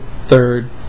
third